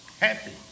happy